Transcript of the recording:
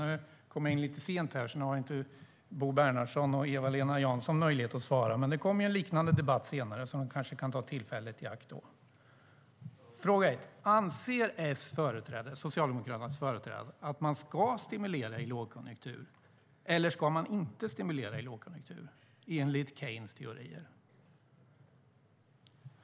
Jag kom in lite sent i debatten, så nu har inte Bo Bernhardsson och Eva-Lena Jansson möjlighet att svara. Men det kommer en liknande debatt senare, så de kanske kan ta tillfället i akt då. Fråga 1: Anser Socialdemokraternas företrädare att man ska stimulera i lågkonjunktur, eller ska man inte stimulera i lågkonjunktur enligt Keynes teorier?